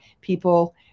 people